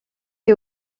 est